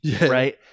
right